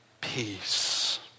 peace